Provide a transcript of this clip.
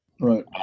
Right